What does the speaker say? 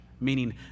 meaning